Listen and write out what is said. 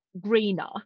greener